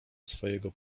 swojego